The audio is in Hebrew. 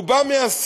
הוא בא מעשייה.